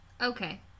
Okay